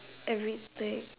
everything